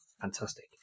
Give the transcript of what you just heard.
Fantastic